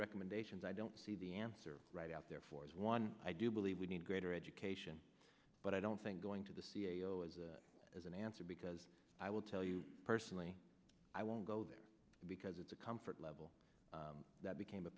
recommendations i don't see the answer right out there for one i do believe we need greater education but i don't think going to the c e o is as an answer because i will tell you personally i won't go there because it's a comfort level that became a